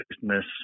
business